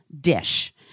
dish